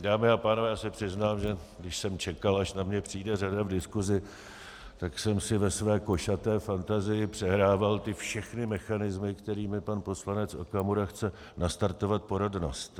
Dámy a pánové, já se přiznám, když jsem čekal, až na mě přijde řada v diskusi, tak jsem si ve své košaté fantazii přehrával ty všechny mechanismy, kterými pan poslanec Okamura chce nastartovat porodnost.